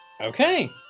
Okay